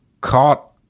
caught